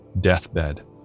deathbed